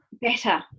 better